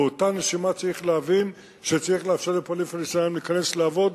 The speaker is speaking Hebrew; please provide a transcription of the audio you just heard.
באותה נשימה צריך להבין שצריך לאפשר לפועלים פלסטינים להיכנס לעבוד.